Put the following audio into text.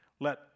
Let